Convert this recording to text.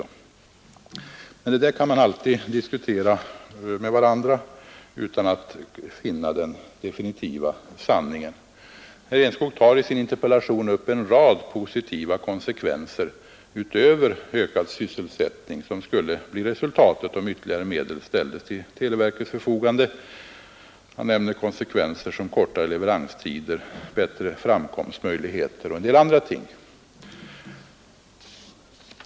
Men det där kan vi alltid diskutera med varandra utan att finna den definitiva sanningen. Herr Enskog tar i sin interpellation upp en rad positiva konsekvenser utöver ökad sysselsättning som skulle bli resultatet om ytterligare medel ställdes till televerkets förfogande. Han nämner kortare leveranstider, bättre framkomstmöjligheter och en del andra ting.